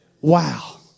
Wow